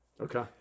Okay